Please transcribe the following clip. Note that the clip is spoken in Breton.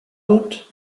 out